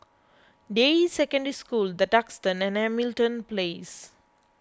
Deyi Secondary School the Duxton and Hamilton Place